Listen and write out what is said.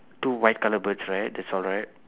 two white colour birds right that's all right